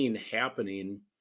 happening